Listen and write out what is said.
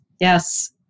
Yes